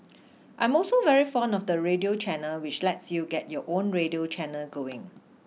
I am also very fond of the radio channel which lets you get your own radio channel going